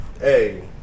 Hey